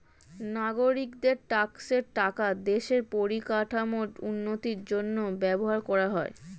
নাগরিকদের ট্যাক্সের টাকা দেশের পরিকাঠামোর উন্নতির জন্য ব্যবহার করা হয়